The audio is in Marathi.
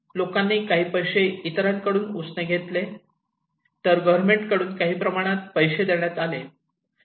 लोकांनी काही पैसे इतरांकडून उसने घेतले तर गव्हर्मेंट कडून काही प्रमाणात पैसे देण्यात आले